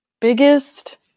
Biggest